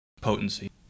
potency